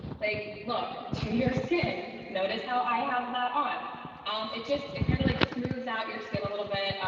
like look to your skin. notice how i have that on um it just it kind of like smooths out your skin a little bit.